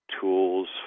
tools